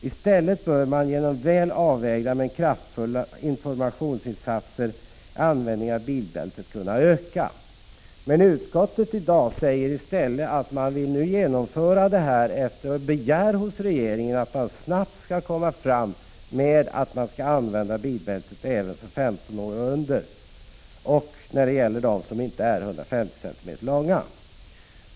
I stället bör genom väl avvägda men kraftfulla informationsinsatser användningen av bilbälte kunna öka.” Men utskottet säger i dag att man vill att riksdagen begär hos regeringen att man snabbt kommer fram med bestämmelser om användning av bilbälte även för personer under 15 år och för personer som är under 150 cm.